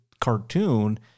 cartoon